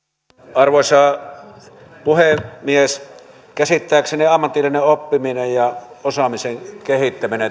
arvoisa puhemies käsittääkseni ammatillinen oppiminen ja osaamisen kehittäminen